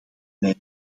mijn